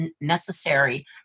necessary